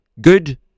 Good